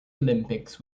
olympics